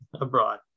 abroad